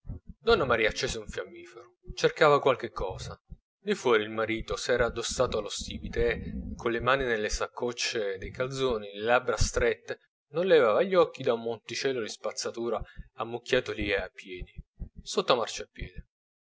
donna maria accese un fiammifero cercava qualche cosa di fuori il marito s'era addossato allo stipite e con le mani nelle saccocce de calzoni le labbra strette non levava gli occhi da un monticello di spazzatura ammucchiatogli a piedi sotto al marciapiedi